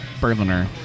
Berliner